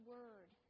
Word